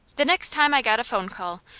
the next time i got a phone call,